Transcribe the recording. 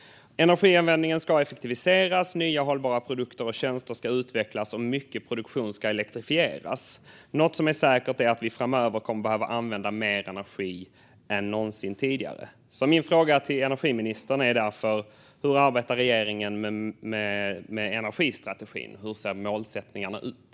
Energianvändningen ska effektiviseras, nya hållbara produkter och tjänster ska utvecklas och mycket produktion ska elektrifieras. Något som är säkert är att vi framöver kommer att behöva använda mer energi än någonsin tidigare. Jag har därför följande frågor till energiministern. Hur arbetar regeringen med energistrategin? Hur ser målsättningarna ut?